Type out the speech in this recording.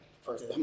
First